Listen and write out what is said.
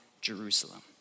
Jerusalem